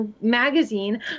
magazine